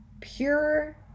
pure